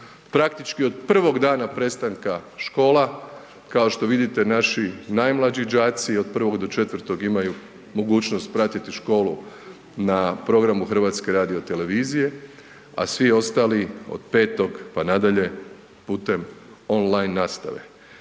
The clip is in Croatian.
Praktički, od prvog dana prestanka škola, kao što vidite naši najmlađi đaci od 1. do 4. imaju mogućnost pratiti školu na programu HRT-a, a svi ostali od 5., pa nadalje, putem on line nastave